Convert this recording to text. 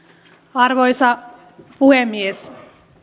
arvoisa puhemies